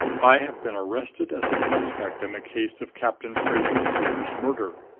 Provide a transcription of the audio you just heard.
i have been arrested as a suspect in the case of captain fraser-freer's murder!